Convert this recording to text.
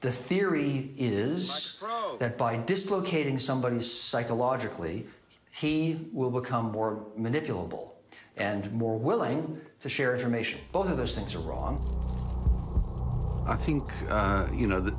the theory is that by dislocating somebody is psychologically he will become more manipulable and more willing to share information both of those things are wrong i think you know th